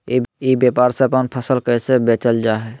ई व्यापार से अपन फसल कैसे बेचल जा हाय?